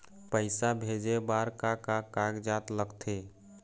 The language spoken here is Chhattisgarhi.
पैसा भेजे बार का का कागजात लगथे?